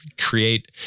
create